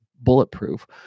bulletproof